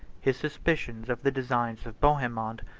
his suspicions of the designs of bohemond,